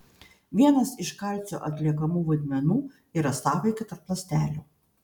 vienas iš kalcio atliekamų vaidmenų yra sąveika tarp ląstelių